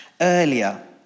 earlier